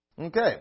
Okay